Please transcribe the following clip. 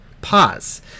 Pause